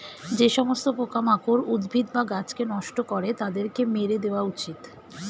যে সমস্ত পোকামাকড় উদ্ভিদ বা গাছকে নষ্ট করে তাদেরকে মেরে দেওয়া উচিত